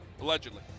Allegedly